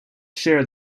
share